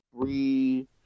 three